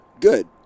Good